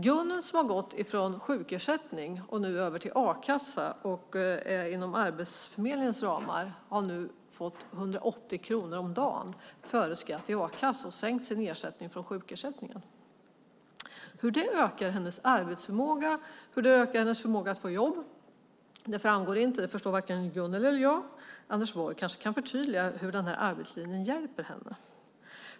Gunnel har gått från sjukersättning över till a-kassa och befinner sig nu inom Arbetsförmedlingens ramar. Hon har 180 kronor om dagen före skatt från a-kassan och har sänkt sin ersättning från sjukersättningen. Hur det ökar hennes arbetsförmåga och hennes förmåga att få jobb framgår inte; det förstår varken Gunnel eller jag. Anders Borg kanske kan förtydliga hur arbetslinjen hjälper henne.